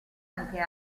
anche